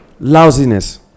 lousiness